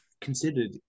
considered